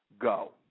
Go